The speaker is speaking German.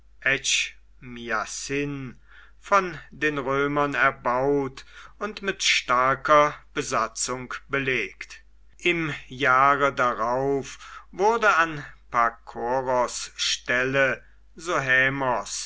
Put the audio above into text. von den römern erbaut und mit starker besatzung belegt im jahre darauf wurde an pakoros stelle